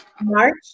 March